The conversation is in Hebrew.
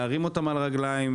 להרים אותם על הרגליים,